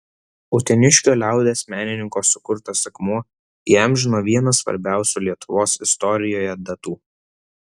uteniškio liaudies menininko sukurtas akmuo įamžino vieną svarbiausių lietuvos istorijoje datų